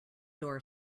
door